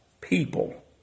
people